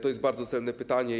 To jest bardzo cenne pytanie.